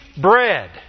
bread